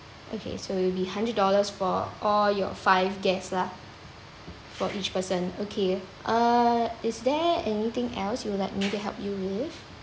okay so it will be hundred dollars for all your five guests lah for each person okay uh is there anything else you'd like me to help with